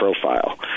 profile